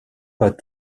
pas